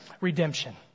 redemption